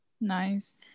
Nice